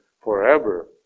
forever